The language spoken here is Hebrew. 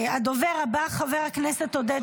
הדובר הבא, חבר הכנסת עודד